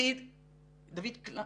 דוד קליין